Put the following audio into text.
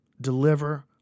deliver